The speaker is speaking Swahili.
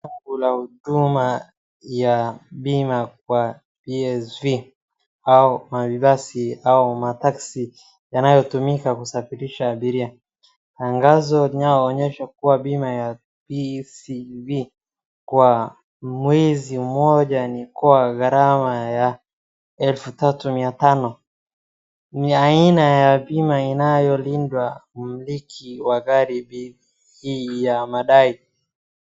Fungu la huduma ya bima kwa PSV au mabasi au mataksi yanayotumika kusafirisha abiria. Tangazo linaloonyesha kuwa bima ya PSV kwa mwezi moja ni kwa gharama ya elfu tatu mia tano. Ni aina ya bima inayolindwa mumiliki wa gari hii ya madai.